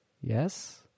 Yes